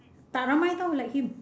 tak ramai tau like him